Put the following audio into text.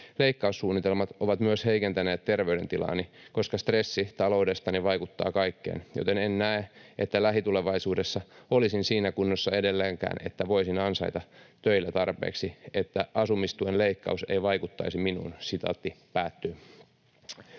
Leikkaussuunnitelmat ovat myös heikentäneet terveydentilaani, koska stressi taloudestani vaikuttaa kaikkeen, joten en näe, että lähitulevaisuudessa olisin siinä kunnossa edelleenkään, että voisin ansaita töillä tarpeeksi, että asumistuen leikkaus ei vaikuttaisi minuun.”